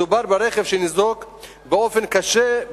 מדובר ברכב שניזוק באופן קשה,